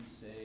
say